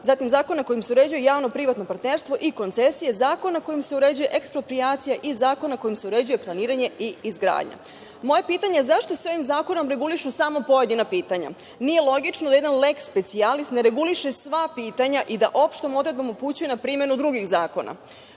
zatim zakona kojim se uređuje javno privatno partnerstvo i koncesija i zakon kojim se uređuje eksproprijacija i zakona kojim se uređuje planiranje i izgradnja. Moje pitanje – zašto se ovim zakonom regulišu samo pojedina pitanja? Nije logično da jedan leks specijalis ne reguliše sva pitanja i da opštom odredbom upućuje na primenu drugih zakona.